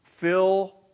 fill